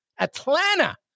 Atlanta